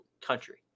country